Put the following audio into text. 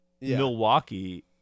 Milwaukee